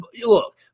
look